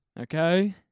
Okay